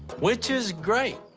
which is great,